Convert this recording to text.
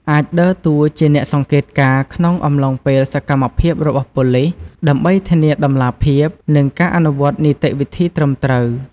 អាចដើរតួជាអ្នកសង្កេតការណ៍ក្នុងអំឡុងពេលសកម្មភាពរបស់ប៉ូលីស ដើម្បីធានាតម្លាភាព និងការអនុវត្តនីតិវិធីត្រឹមត្រូវ។